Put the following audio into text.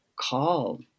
call